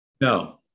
No